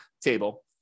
table